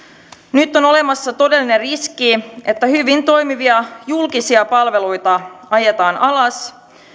nyt on olemassa todellinen riski että hyvin toimivia julkisia palveluita ajetaan alas